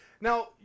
Now